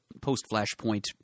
post-Flashpoint